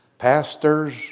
Pastors